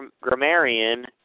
grammarian